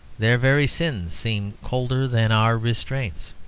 their very sins seem colder than our restraints.